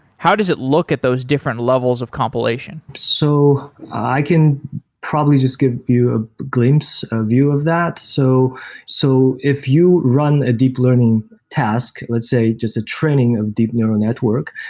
how does it look at those different levels of compilation? so i can probably just give you a glimpse, a view of that. so so if you run a deep learning task, let's say just a training of deep neural network,